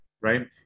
Right